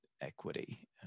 equity